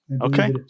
okay